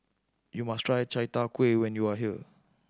you must try Chai Tow Kuay when you are here